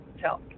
tell